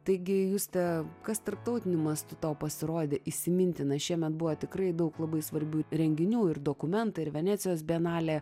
taigi juste kas tarptautiniu mastu tau pasirodė įsimintina šiemet buvo tikrai daug labai svarbių renginių ir dokumentai ir venecijos bienalė